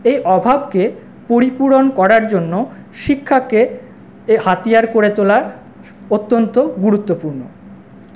এ অভাবকে পরিপূরণ করার জন্য শিক্ষাকে এর হাতিয়ার করে তোলা অত্যন্ত গুরুত্বপূর্ণ